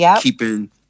keeping